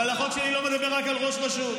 אבל החוק שלי לא מדבר רק על ראש רשות.